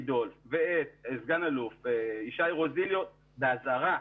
דולף ואת סגן אלוף ישי רוזיליו באזהרה,